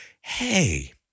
Hey